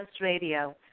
Radio